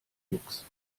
luchs